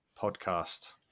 podcast